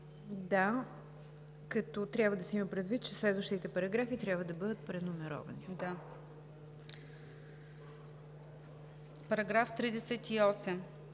Като трябва да се има предвид, че следващите параграфи трябва да бъдат преномерирани. ДОКЛАДЧИК